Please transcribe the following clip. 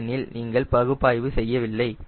ஏனெனில் நீங்கள் பகுப்பாய்வு செய்யவில்லை